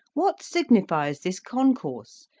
what signifies this concourse,